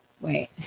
wait